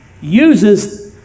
uses